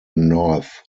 north